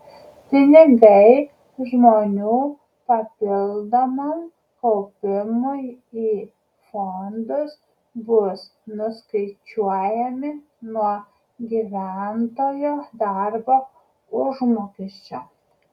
pinigai žmonių papildomam kaupimui į fondus bus nuskaičiuojami nuo gyventojo darbo užmokesčio